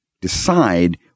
decide